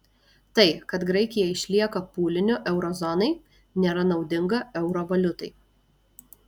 tai kad graikija išlieka pūliniu euro zonai nėra naudinga euro valiutai